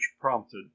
prompted